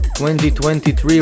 2023